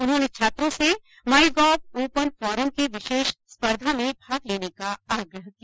उन्होंने छात्रों से माईगॉव ओपन फोरम की विशेष स्पर्धा में भाग लेने का आग्रह किया